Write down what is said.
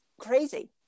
crazy